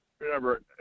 remember